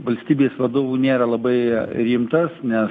valstybės vadovų nėra labai rimtas nes